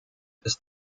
ist